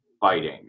fighting